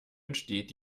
entsteht